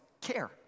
care